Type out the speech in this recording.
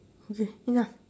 okay enough